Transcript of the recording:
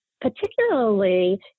particularly